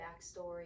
backstory